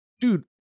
dude